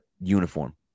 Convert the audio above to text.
uniform